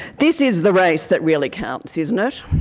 this is the race that really counts, isn't ah it?